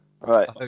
Right